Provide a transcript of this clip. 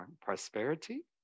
prosperity